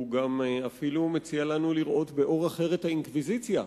הוא גם אפילו מציע לנו לראות באור אחר את האינקוויזיציה,